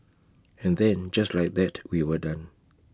and then just like that we were done